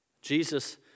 Jesus